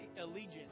allegiance